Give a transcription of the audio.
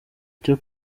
cyo